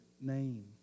name